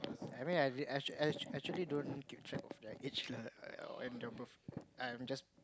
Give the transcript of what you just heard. I mean I act~ act~ actually don't keep track of their age lah and the both I'm just